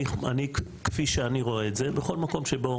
אני כפי שאני רואה את זה בכל מקום שבו